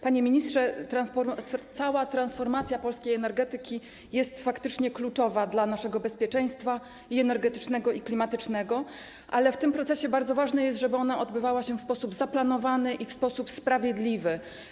Panie ministrze, cała transformacja polskiej energetyki jest faktycznie kluczowa dla naszego bezpieczeństwa i energetycznego, i klimatycznego, ale w tym procesie bardzo ważne jest to, żeby ona odbywała się w sposób zaplanowany i sprawiedliwy.